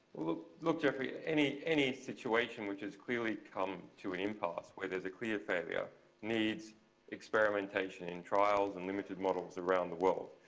look, geoffrey. any any situation which has clearly come to an impasse where there's a clear failure needs experimentationing and trials and limited models around the world.